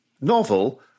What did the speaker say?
novel